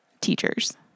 teachers